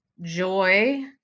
Joy